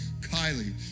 Kylie